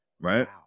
Right